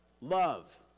Love